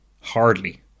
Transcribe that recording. Hardly